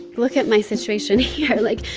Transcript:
look at my situation here. like,